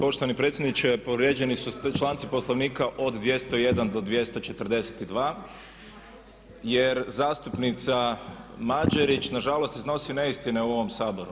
Poštovani predsjedniče povrijeđeni su članci Poslovnika od 201. do 242. jer zastupnica Mađerić nažalost iznosi neistine u ovom Saboru.